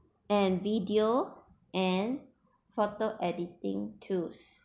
and video and photo editing tools